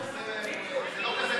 זה לא כזה פשוט.